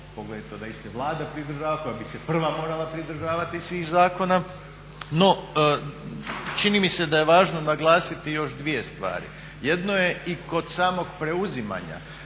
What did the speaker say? poglavito da ih se Vlada pridržava koja bi se prva morala pridržavati svih zakona. No, čini mi se da je važno naglasiti još dvije stvari, jedno je i kod samog preuzimanje,